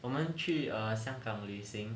我们去 err 香港旅行